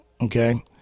okay